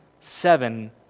Seven